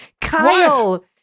Kyle